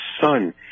son